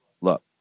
look